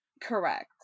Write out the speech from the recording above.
Correct